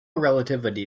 relativity